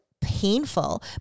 painful